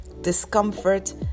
discomfort